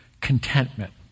Contentment